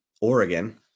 Oregon